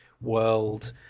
world